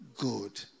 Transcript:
Good